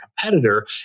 competitor